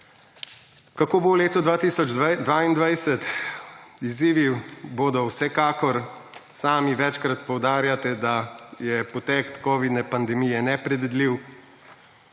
Kako bo v letu 2022? Izzivi bodo vsekakor. Sami večkrat poudarjate, da je potek covidne pandemije nepredvidljiv.